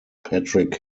patrick